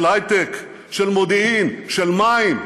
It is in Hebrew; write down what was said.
של הייטק, של מודיעין, של מים.